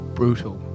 brutal